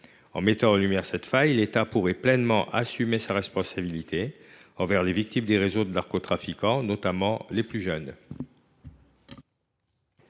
En mettant en lumière cette faille, nous espérons pousser l’État à pleinement assumer sa responsabilité envers les victimes des réseaux de narcotrafiquants, notamment les plus jeunes.